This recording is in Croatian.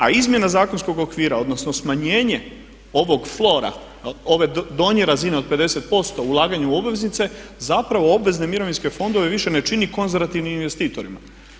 A izmjena zakonsko okvira, odnosno smanjenje ovog flora, ove donje razine od 50% ulaganju u obveznice, zapravo obvezne mirovinske fondove više ne čini konzervativnim investitorima.